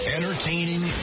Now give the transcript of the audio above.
Entertaining